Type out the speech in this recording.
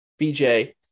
BJ